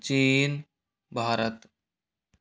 चीन भारत